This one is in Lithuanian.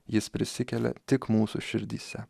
jis prisikelia tik mūsų širdyse